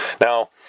Now